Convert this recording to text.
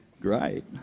Great